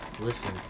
Listen